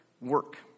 work